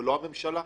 ולא הממשלה?